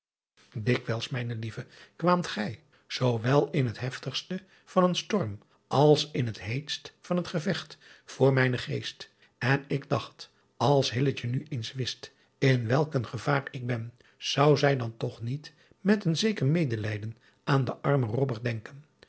ikwijls mijne lieve kwaamt gij zoowel in het hevigste van een storm als in het heetst van het gevecht voor mijnen geest en ik dacht als nu eens wist in welk een gevaar ik ben zou zij dan toch niet met een zeker medelijden aan den armen denken